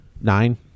nine